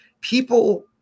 people